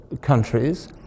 countries